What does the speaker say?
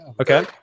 Okay